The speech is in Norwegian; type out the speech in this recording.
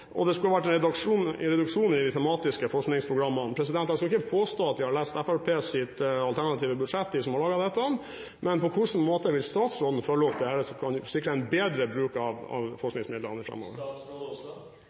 og det skulle vært reduksjoner i de tematiske forskningsprogrammene. Jeg skal ikke påstå at de som har laget dette, har lest Fremskrittspartiets alternative budsjett. Men på hvilken måte vil statsråden følge opp dette, som kan sikre en bedre bruk av